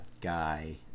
guy